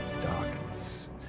darkness